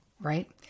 right